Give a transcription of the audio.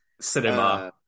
Cinema